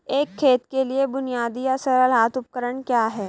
एक खेत के लिए बुनियादी या सरल हाथ उपकरण क्या हैं?